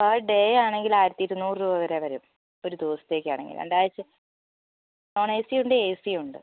per day ആണെങ്കിൽ ആയിരത്തി ഇരുനൂറ് രൂപ വരെ വരും ഒരു ദിവസത്തേക്കാണെങ്കിൽ രണ്ടാഴ്ച്ച നോൺ എ സിയും ഉണ്ട് എ സിയും ഉണ്ട്